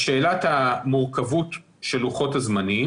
לשאלת המורכבות של לוחות-הזמנים